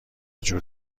جور